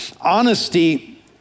honesty